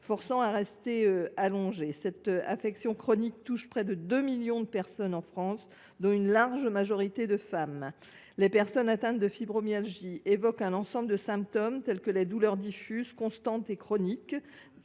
contraints de rester allongés. Cette affection chronique touche près de deux millions de personnes en France, dont une large majorité de femmes. Les personnes atteintes de fibromyalgie évoquent un ensemble de symptômes, parmi lesquels des douleurs diffuses, constantes et chroniques,